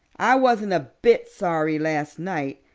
i wasn't a bit sorry last night.